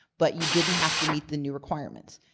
but you didn't have to meet the new requirements.